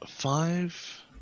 Five